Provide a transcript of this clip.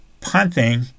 punting